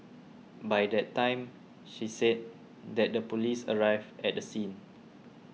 by that time she said that the police arrived at the scene